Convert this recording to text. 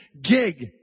gig